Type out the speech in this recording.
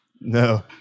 No